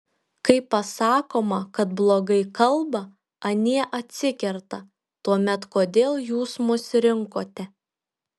kai pasakoma kad blogai kalba anie atsikerta tuomet kodėl jūs mus rinkote